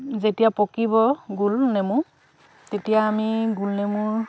যেতিয়া পকিব গোল নেমু তেতিয়া আমি গোল নেমুৰ